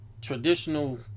Traditional